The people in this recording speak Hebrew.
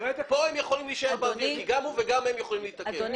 כאן הם יכולים להישאר באוויר כי גם הוא וגם היא יכולים להתעכב.